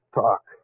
talk